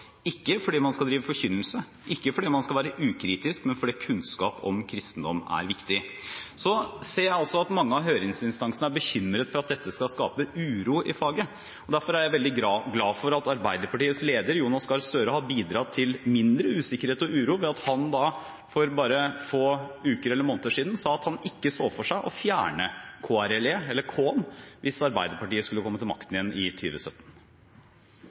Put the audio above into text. ikke fordi man skal drive forkynnelse, ikke fordi man skal være ukritisk, men fordi kunnskap om kristendom er viktig. Så ser jeg også at mange av høringsinstansene er bekymret for at dette skal skape uro i faget. Derfor er jeg veldig glad for at Arbeiderpartiets leder, Jonas Gahr Støre, har bidratt til mindre usikkerhet og uro ved at han for bare få uker eller måneder siden sa at han ikke så for seg å fjerne K-en i KRLE hvis Arbeiderpartiet skulle komme til makten igjen i